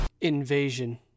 Invasion